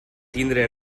tindre